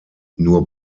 nur